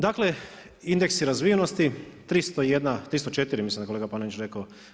Dakle, indeksi razvijenosti 301, 304 mislim da je kolega Panenić rekao.